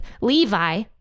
Levi